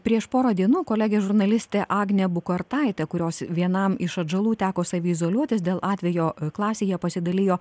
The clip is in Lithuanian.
prieš porą dienų kolegė žurnalistė agnė bukartaitė kurios vienam iš atžalų teko saviizoliuotis dėl atvejo klasėje pasidalijo